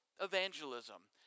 evangelism